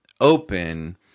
open